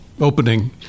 opening